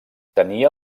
tenia